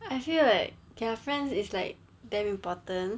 I feel like okay your friends is like damn important